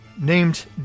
named